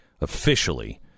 officially